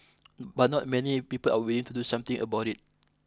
but not many people are willing to do something about it